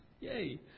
Yay